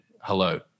hello